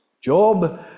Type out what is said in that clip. Job